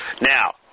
Now